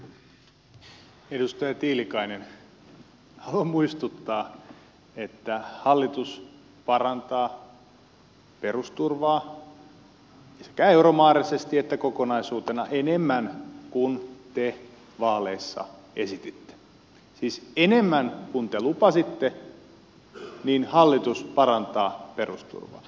edustaja tiilikainen haluan muistuttaa että hallitus parantaa perusturvaa sekä euromääräisesti että kokonaisuutena enemmän kuin te vaaleissa esititte siis enemmän kuin te lupasitte hallitus parantaa perusturvaa